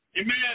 Amen